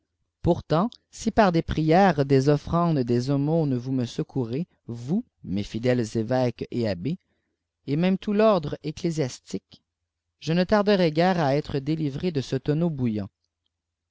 pourtant si par des prières des offrandes des aumônes vous me secourez vous mes fidèles évêques et gbbés et même tqiit l'prdre kxxù jf ne tardeii giré à être délivré de ce taimeaiji bouilint